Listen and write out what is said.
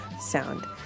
sound